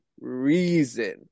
reason